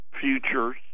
futures